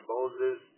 Moses